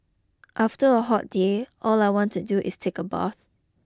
after a hot day all I want to do is take a bath